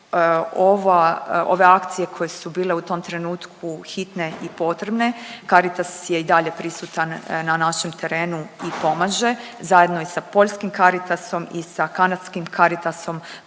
ove akcije koje su bile u tom trenutku hitne i potrebne Caritas je i dalje pristan na našem terenu i pomaže, zajedno i sa poljskim Caritasom i sa kanadskim Caritasom